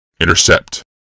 Intercept